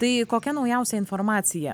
tai kokia naujausia informacija